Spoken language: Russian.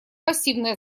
пассивное